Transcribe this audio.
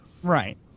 Right